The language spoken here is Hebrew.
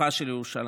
פיתוחה של ירושלים,